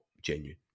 genuine